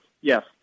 yes